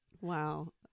wow